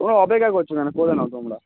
তোমরা অপেক্ষা করছো কেন করে নাও তোমরা